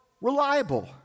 reliable